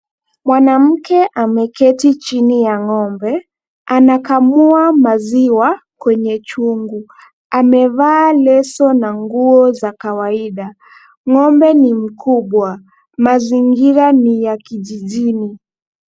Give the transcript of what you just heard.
Mwanamke ameketi chini ya ng'ombe. Anakamua maziwa kwenye chungu. Amevaa leso na nguo za kawaida. Ng'ombe ni mkubwa. Mazingira ni ya kijijini.